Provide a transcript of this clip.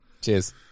Cheers